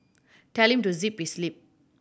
telling to zip his lip